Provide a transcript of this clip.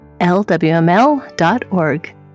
lwml.org